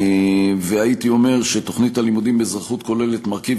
והייתי אומר שתוכנית הלימודים באזרחות כוללת מרכיב